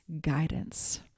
guidance